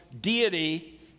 deity